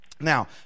Now